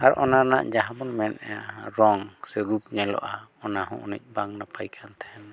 ᱟᱨ ᱚᱱᱟ ᱨᱮᱱᱟᱜ ᱡᱟᱦᱟᱸ ᱵᱚᱱ ᱢᱮᱱᱮᱫᱼᱟ ᱨᱚᱝ ᱥᱮ ᱨᱩᱯ ᱧᱮᱞᱚᱜᱼᱟ ᱚᱱᱟᱦᱚᱸ ᱩᱱᱟᱹᱜ ᱵᱟᱝ ᱱᱟᱯᱟᱭ ᱠᱟᱱ ᱛᱟᱦᱮᱱᱟ